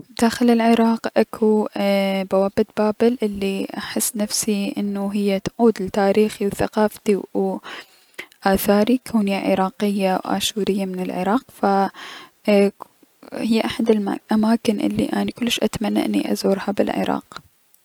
بداخل العراق اكو ايي- بوابة بابل الي احس نفسي انو هي تعود لثقافتي و اثاري كوني عراقية و اشورية من العراق اي- هي احدى الأماكن الي اني اتمنى اني ازورها بالعراق.